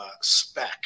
spec